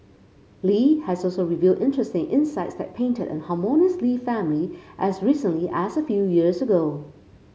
Li has also revealed interesting insights that painted a harmonious Lee family as recently as a few years ago